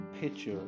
picture